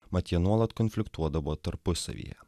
mat jie nuolat konfliktuodavo tarpusavyje